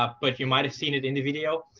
ah but you might have seen it in the video.